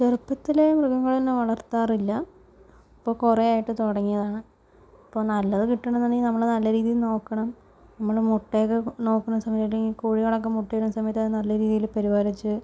ചെറുപ്പത്തിലേ മൃഗങ്ങളെയൊന്നും വളർത്താറില്ല ഇപ്പോൾ കുറേ ആയിട്ട് തുടങ്ങിയതാണ് ഇപ്പോൾ നല്ലത് കിട്ടണം എന്നുണ്ടെങ്കിൽ നമ്മള് നല്ല രീതിയിൽ നോക്കണം നമ്മൾ മുട്ടയൊക്കെ നോക്കണം ഒരു സമയം അല്ലെങ്കിൽ കോഴികളൊക്കെ മുട്ടയിടണ സമയത്ത് അത് നല്ല രീതിയിൽ പരിപാലിച്ച്